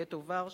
לגטו ורשה.